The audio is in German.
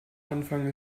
anfang